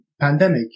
pandemic